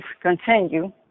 continue